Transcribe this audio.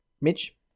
Mitch